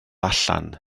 allan